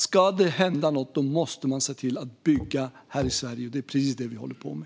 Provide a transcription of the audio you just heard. Ska det hända något måste man se till att bygga här i Sverige, och det är precis det vi håller på med.